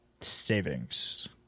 savings